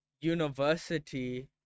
university